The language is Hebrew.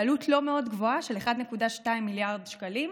בעלות לא מאוד גבוהה, של 1.2 מיליארד שקלים.